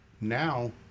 Now